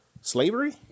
slavery